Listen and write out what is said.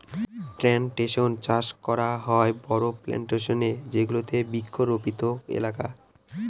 plantation চাষ করা হয় বড়ো প্লানটেশনে যেগুলো বৃক্ষরোপিত এলাকা